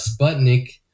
Sputnik